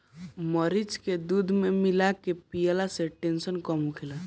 मरीच के दूध में मिला के पियला से टेंसन कम होखेला